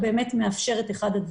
בהמלצת ראש אגף שירותי בריאות הציבור